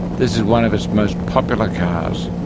this is one of its most popular cars,